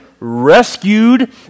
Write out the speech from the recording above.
rescued